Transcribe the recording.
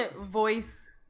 voice